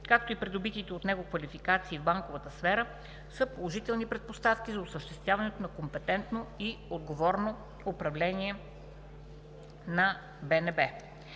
както и придобитите от него квалификации в банковата сфера са положителни предпоставки за осъществяването на компетентно и отговорно управление на БНБ.